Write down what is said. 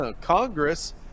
Congress